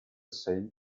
same